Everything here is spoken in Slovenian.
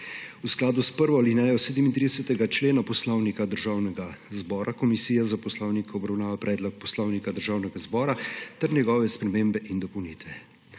V skladu s prvo alinejo 37. člena Poslovnika državnega zbora Komisija za poslovnik obravnava Predlog poslovnika državnega zbora ter njegove spremembe in dopolnitve.